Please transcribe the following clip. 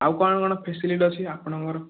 କ'ଣ କ'ଣ ଫ୍ୟାସିଲିଟି ଅଛି ଆପଣଙ୍କର